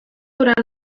durant